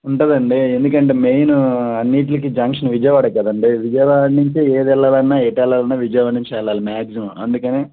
ఉంటుందండి ఎందుకంటే మెయిన్ అన్నింటికి జంక్షన్ విజయవాడ కదండి విజయవాడ నుంచి ఏది వెళ్ళాలన్న ఎటు వెళ్ళాలన్న విజయవాడ నుండి మాక్సిమం అందుకని